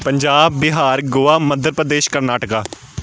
Punjab Bihar Goa Madhya Pradesh Karnataka